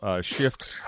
shift